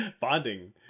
Bonding